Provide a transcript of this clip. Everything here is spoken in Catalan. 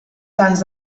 cants